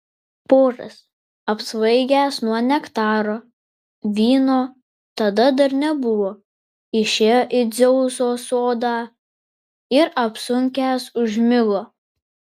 poras apsvaigęs nuo nektaro vyno tada dar nebuvo išėjo į dzeuso sodą ir apsunkęs užmigo